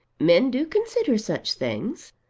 men do consider such things.